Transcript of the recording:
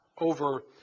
over